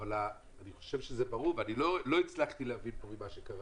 אבל אני חושב שזה ברור ואני לא הצלחתי להבין כאן ממה שקראתי,